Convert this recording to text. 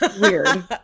Weird